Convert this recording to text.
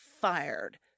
fired